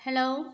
hello